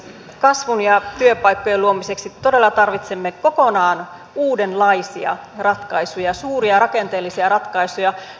kasvun ja työpaikkojen luomiseksi todella tarvitsemme kokonaan uudenlaisia ratkaisuja suuria rakenteellisia ratkaisuja